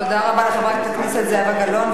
תודה רבה לחברת הכנסת זהבה גלאון.